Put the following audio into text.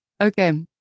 Okay